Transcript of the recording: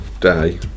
Day